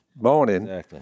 morning